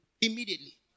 Immediately